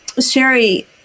Sherry